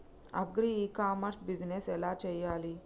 Agri e commerce business ఎలా చెయ్యాలి?